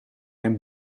een